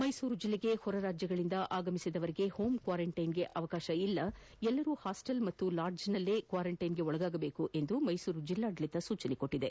ಮೈಸೂರು ಜಿಲ್ಲೆಗೆ ಹೊರ ರಾಜ್ಯಗಳಿಂದ ಆಗಮಿಸಿದವರಿಗೆ ಹೋಂ ಕ್ವಾರಂಟೈನ್ಗೆ ಅವಕಾಶವಿಲ್ಲ ಎಲ್ಲರೂ ಹಾಸ್ವೆಲ್ ಅಥವಾ ಲಾಡ್ಜ್ನಲ್ಲೇ ಕ್ವಾರಂಟೈನ್ಗೆ ಒಳಗಾಗಬೇಕು ಎಂದು ಮೈಸೂರು ಜಿಲ್ಲಾಡಳಿತ ಸೂಚಿಸಿದೆ